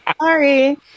Sorry